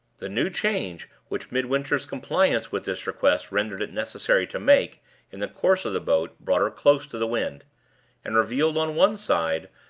the new change which midwinter's compliance with this request rendered it necessary to make in the course of the boat brought her close to the wind and revealed, on one side,